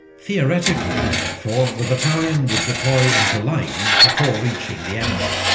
theoretically, therefore, the battalion would deploy into line before reaching the enemy